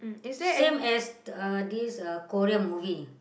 same as uh this uh Korean movie